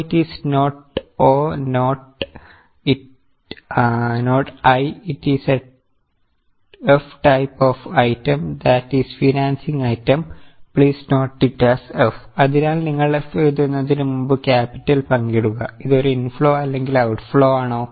So it is not o not i it is a f type of item that is financing item please note it as f അതിനാൽ നിങ്ങൾ F എഴുതുന്നതിനുമുമ്പ് capital പങ്കിടുക ഇത് ഒരു inflow അല്ലെങ്കിൽ outflow ആണോ